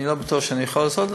אני לא בטוח שאני יכול לעשות את זה,